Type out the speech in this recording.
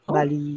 Bali